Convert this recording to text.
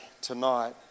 tonight